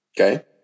Okay